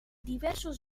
diversos